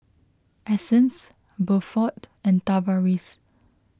Essence Buford and Tavaris